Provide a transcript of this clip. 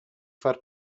far